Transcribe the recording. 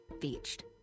Beached